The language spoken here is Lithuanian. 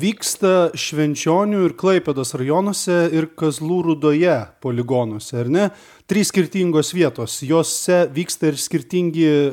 vyksta švenčionių ir klaipėdos rajonuose ir kazlų rūdoje poligonuose ar ne trys skirtingos vietos jose vyksta ir skirtingi